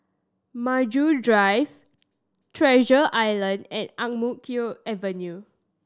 Maju Drive Treasure Island and Ang Mo Kio Avenue